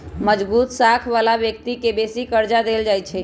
मजगुत साख बला व्यक्ति के बेशी कर्जा देल जाइ छइ